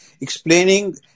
explaining